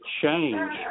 change